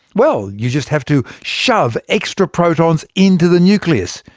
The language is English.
well, you just have to shove extra protons into the nucleus.